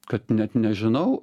kad net nežinau